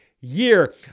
Year